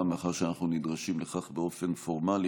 מאחר שאנחנו נדרשים לכך באופן פורמלי,